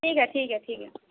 ठीक है ठीक है ठीक है